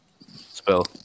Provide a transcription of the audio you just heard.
spell